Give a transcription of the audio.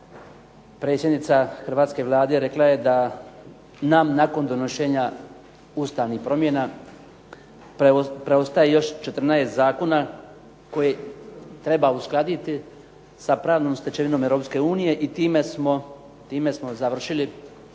predsjednica hrvatske Vlade rekla je da nam nakon donošenja ustavnih promjena preostaje još 14 zakona koje treba uskladiti sa pravnom stečevinom Europske unije i time smo završili onaj